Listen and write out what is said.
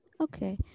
okay